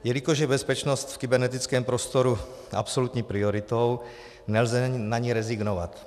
Jelikož je bezpečnost v kybernetickém prostoru absolutní prioritou, nelze na ni rezignovat.